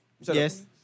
Yes